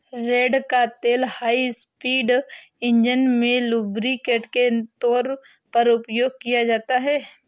रेड़ का तेल high speed engine में लुब्रिकेंट के तौर पर उपयोग किया जाता है